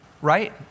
Right